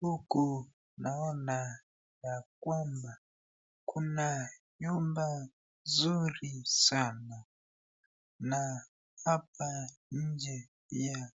Huku naona ya kwamba kuna nyumba nzuri sana na hapa nje ya